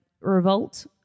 revolt